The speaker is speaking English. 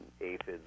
aphids